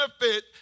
benefit